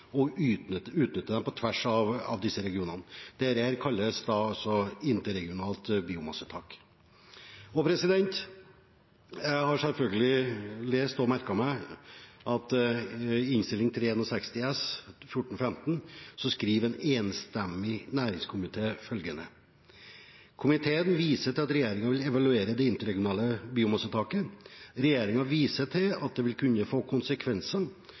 og utnytte denne på tvers av disse regionene. Dette kalles et interregionalt biomassetak. Jeg har selvfølgelig lest og merket meg at i Innst. 361 S for 2014–2015 skriver en enstemmig næringskomité følgende: «Komiteen viser til at regjeringen vil evaluere det interregionale biomassetaket. Regjeringen viser til at det vil kunne få negative konsekvenser